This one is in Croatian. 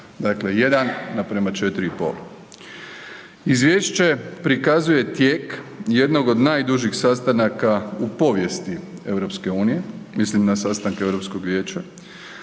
dakle 1:4,5. Izvješće prikazuje tijek jedan od najdužih sastanaka u povijesti EU, mislim na sastanke Europskog vijeća,